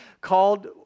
called